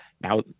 Now